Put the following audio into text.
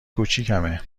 کوچیکمه